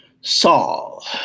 Saul